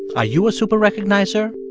ah you a super-recognizer?